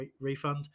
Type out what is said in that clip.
refund